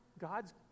God's